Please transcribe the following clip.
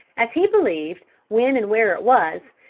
as he believed when and where it was,